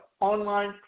online